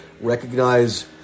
recognize